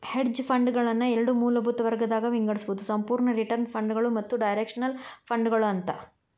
hedge ಫಂಡ್ಗಳನ್ನ ಎರಡ್ ಮೂಲಭೂತ ವರ್ಗಗದಾಗ್ ವಿಂಗಡಿಸ್ಬೊದು ಸಂಪೂರ್ಣ ರಿಟರ್ನ್ ಫಂಡ್ಗಳು ಮತ್ತ ಡೈರೆಕ್ಷನಲ್ ಫಂಡ್ಗಳು ಅಂತ